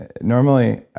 Normally